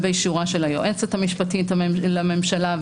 ובאישורה של היועצת המשפטית לממשלה,